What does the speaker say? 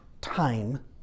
time